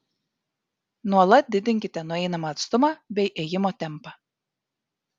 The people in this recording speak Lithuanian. nuolat didinkite nueinamą atstumą bei ėjimo tempą